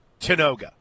Tanoga